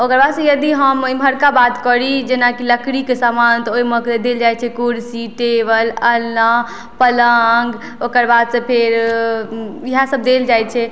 ओकरबाद से यदि हम एमहरका बात करी जेना कि लकड़ीके सामान तऽ ओहिमे देल जाइ छै कुर्सी टेबुल अलना पलंग ओकरबाद से फेर इहए सब देल जाइ छै